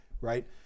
Right